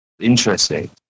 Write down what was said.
Interesting